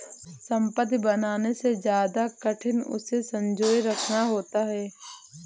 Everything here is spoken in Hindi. संपत्ति बनाने से ज्यादा कठिन उसे संजोए रखना होता है